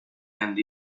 and